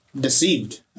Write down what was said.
Deceived